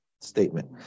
statement